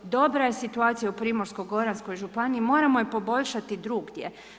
Dobra je situacija u Primorsko-goranskoj županiji, moramo je poboljšati i drugdje.